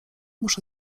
muszę